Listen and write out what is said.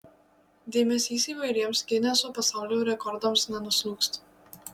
dėmesys įvairiems gineso pasaulio rekordams nenuslūgsta